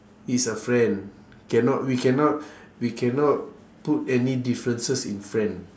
it's a friend cannot we cannot we cannot put any differences in friend